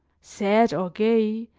sad or gay,